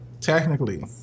Technically